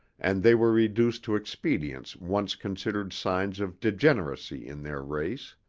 and they were reduced to expedients once considered signs of degeneracy in their race.